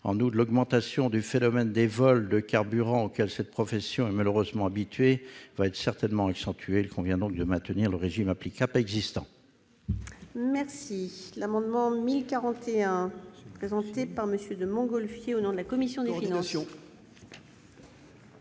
En outre, le phénomène des vols de carburant, auquel cette profession est malheureusement habituée, en sera certainement accentué. Il convient donc de maintenir le régime applicable existant. L'amendement n° I-1041, présenté par M. de Montgolfier, au nom de la commission des finances,